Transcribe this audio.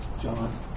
John